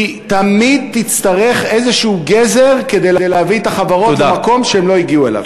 כי תמיד תצטרך איזשהו גזר כדי להביא את החברות למקום שהן לא הגיעו אליו.